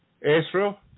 Israel